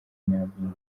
nyampinga